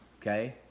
Okay